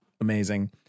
amazing